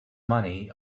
money